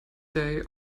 day